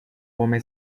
come